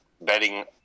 Betting